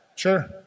Sure